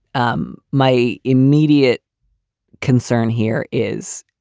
um my immediate concern here is.